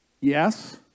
Yes